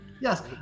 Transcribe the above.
yes